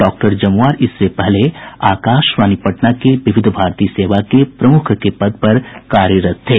doctor Jamuar इससे पहले आकाशवाणी पटना के विविध भारती सेवा के प्रमुख के पद पर कार्यरत थे